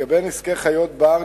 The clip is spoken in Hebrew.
לגבי נזקי חיות בר,